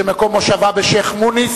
שמקום מושבה בשיח'-מוניס,